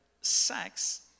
sex